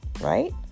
Right